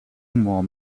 more